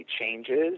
changes